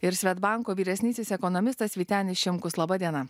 ir svedbanko vyresnysis ekonomistas vytenis šimkus laba diena